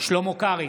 שלמה קרעי,